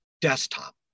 desktop